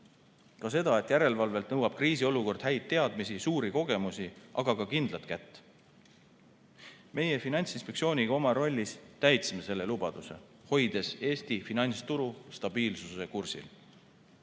Ka seda, et järelevalvelt nõuab kriisiolukord häid teadmisi, suuri kogemusi, aga ka kindlat kätt. Meie Finantsinspektsiooniga oma rollis täitsime selle lubaduse, hoides Eesti finantsturu stabiilsuse kursil.